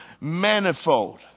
manifold